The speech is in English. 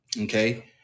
Okay